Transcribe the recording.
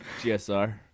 GSR